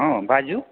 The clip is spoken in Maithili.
हाँ बाजू